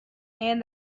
and